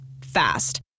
Fast